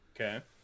okay